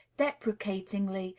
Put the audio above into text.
deprecatingly,